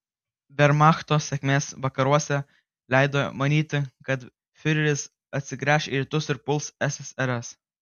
vermachto sėkmė vakaruose leido manyti kad fiureris atsigręš į rytus ir puls ssrs